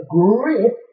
grip